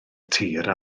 tir